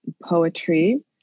poetry